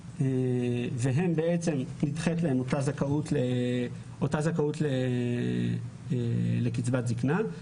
ולמעשה נדחית להן אותה זכאות לקצבת זקנה.